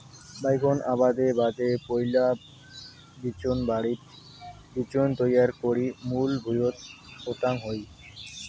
বাইগোন আবাদের বাদে পৈলা বিচোনবাড়িত বিচোন তৈয়ার করি মূল ভুঁইয়ত পোতাং হই